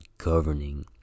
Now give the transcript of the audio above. governing